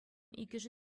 иккӗшӗ